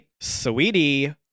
Sweetie